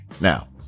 Now